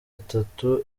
atatu